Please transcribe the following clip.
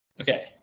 okay